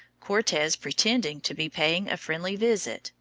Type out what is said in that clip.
cortes pretending to be paying a friendly visit,